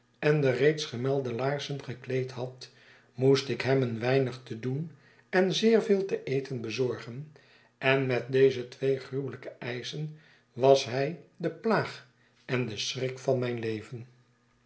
en de reeds gemelde laarzen gekleed had moest ik hem een weinig te doen en zeer veel te eten bezorgen en met deze twee gruwelijke eischen was hij de plaag en de schrik van mijn leven